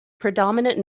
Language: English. predominant